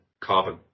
carbon